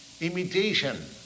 imitation